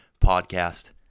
podcast